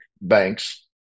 banks